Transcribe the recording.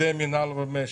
עובדי מינהל ומשק,